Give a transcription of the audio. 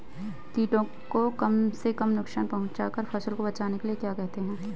कीटों को कम से कम नुकसान पहुंचा कर फसल को बचाने को क्या कहते हैं?